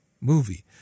movie